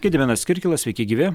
gediminas kirkilas sveiki gyvi